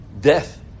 death